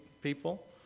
people